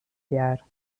jaar